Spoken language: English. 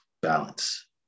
balance